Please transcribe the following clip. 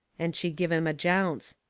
and she give him a jounce.